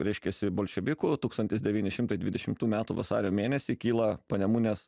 reiškiasi bolševikų tūkstantis devyni šimtai dvidešimtų metų vasario mėnesį kyla panemunės